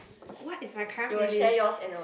what is my current playlists